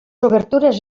obertures